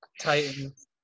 Titans